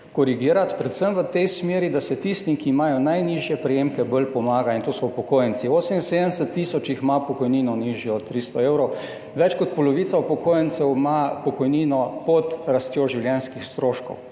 korigirati predvsem v tej smeri, da se tistim, ki imajo najnižje prejemke, bolj pomaga, in to so upokojenci. 78 tisoč jih ima pokojnino, nižjo od 300 evrov, več kot polovica upokojencev ima pokojnino pod rastjo življenjskih stroškov.